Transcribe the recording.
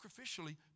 sacrificially